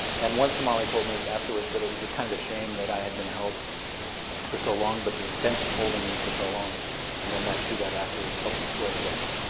and one somali told me afterwards that it was a kind of a shame that i had been held for so long, but the expense of holding me for so long and then that shootout afterwards helped destroy the gang.